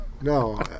no